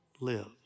lives